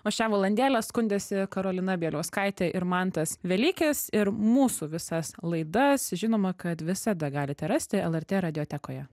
o šią valndėlę skundėsi karolina bieliauskaitė ir mantas velykis ir mūsų visas laidas žinoma kad visada galite rasti lrt radijotekoje